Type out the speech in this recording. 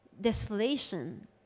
desolation